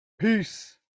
peace